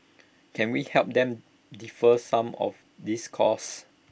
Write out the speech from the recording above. can we help them defer some of these costs